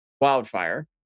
wildfire